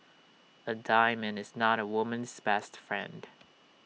A diamond is not A woman's best friend